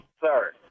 Sir